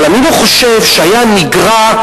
אבל אני לא חושב שהיה נגרע,